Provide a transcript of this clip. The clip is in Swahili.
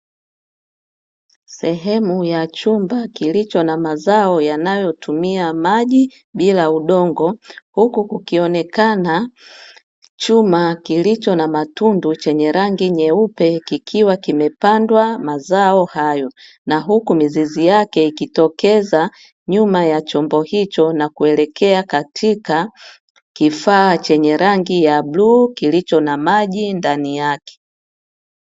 Sehemu ya chumba kilicho na mazao yanayotumia maji bila udongo, huku kukionekana chuma kilicho na matundu chenye rangi nyeupe, kikiwa kimepandwa mazao hayo. Na huku mizizi yake ikitokeza, nyuma ya chombo hicho, na kuelekea katika kifaa chenye rangi ya bluu, kilicho na maji ndani yake.